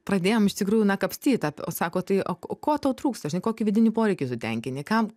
pradėjom iš tikrųjų na kapstyt tą o sako tai o o ko tau trūksta žinai kokį vidinį poreikį tu tenkinti kam